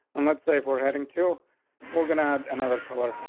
and let's say for heading to move and add another color.